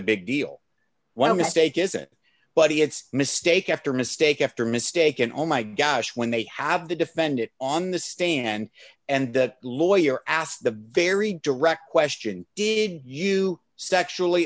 big deal when a mistake is it but it's mistake after mistake after mistake and oh my gosh when they have the defendant on the stand and that lawyer asked the very direct question did you sexually